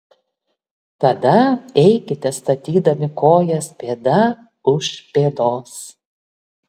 tada eikite statydami kojas pėda už pėdos